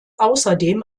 außerdem